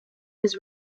his